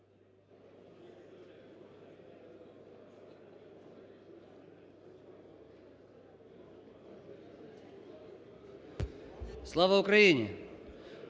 Слава Україні!